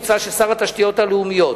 מוצע ששר התשתיות הלאומיות,